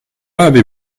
avez